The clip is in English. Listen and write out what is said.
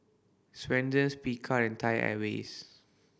Swensens Picard and Thai Airways